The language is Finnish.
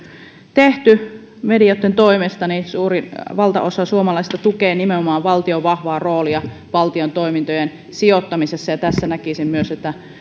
tehty medioitten toimesta valtaosa suomalaisista tukee nimenomaan valtion vahvaa roolia valtion toimintojen sijoittamisessa ja näkisin että